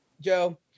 Joe